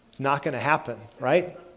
not going to happen, right?